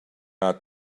are